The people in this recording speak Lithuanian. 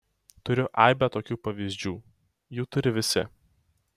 turiu aibę tokių pavyzdžių jų turi visi